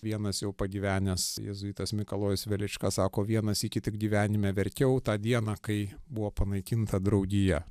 vienas jau pagyvenęs jėzuitas mikalojus velička sako vieną sykį tik gyvenime verkiau tą dieną kai buvo panaikinta draugija